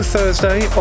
Thursday